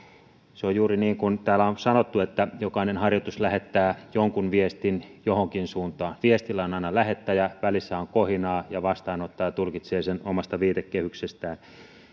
se on juuri niin kuin täällä on sanottu että jokainen harjoitus lähettää jonkun viestin johonkin suuntaan viestillä on aina lähettäjä välissä on kohinaa ja vastaanottaja tulkitsee sen omasta viitekehyksestään